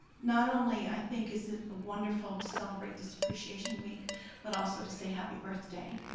not only, i think is it wonderful to celebrate this appreciation week but also to say happy birthday.